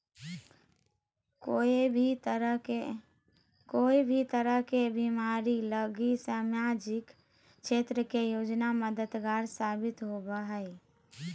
कोय भी तरह के बीमा लगी सामाजिक क्षेत्र के योजना मददगार साबित होवो हय